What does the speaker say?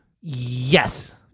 Yes